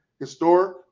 historic